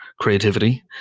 creativity